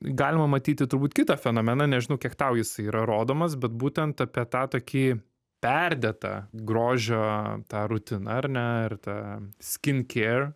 galima matyti turbūt kitą fenomeną nežinau kiek tau jis yra rodomas bet būtent apie tą tokį perdėtą grožio tą rutiną ar ne ir tą skinkier